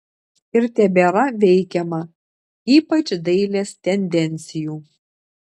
ir tebėra veikiama ypač dailės tendencijų